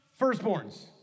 firstborns